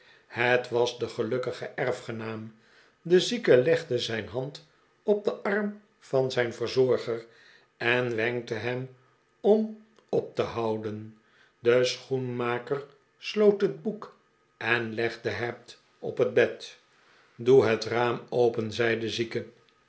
het was de gelukkige erfgenaam de zieke legde zijn hand op den arm van zijn verzorger en wenkte hem om op te houden de schoenmaker sloot het boek en legde het op het bed doe het raam open zei de zieke